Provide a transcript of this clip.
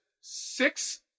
six